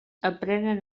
aprenen